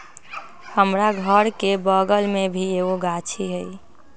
हमरा घर के बगल मे भी एगो गाछी हई